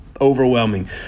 overwhelming